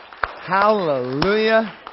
Hallelujah